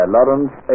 Lawrence